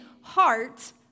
heart